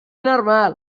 normal